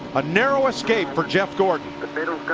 a narrow escape for jeff gordon. but